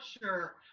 sure